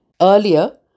Earlier